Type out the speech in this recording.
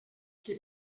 qui